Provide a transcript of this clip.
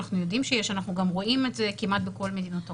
אנחנו יודעים שיש ואנחנו גם רואים את זה כמעט בכל מיני מדינות העולם.